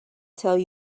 tell